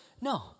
No